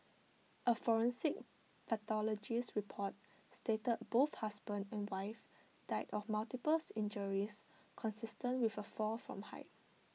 A forensic pathologist's report stated both husband and wife died of multiples injuries consistent with A fall from height